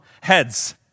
heads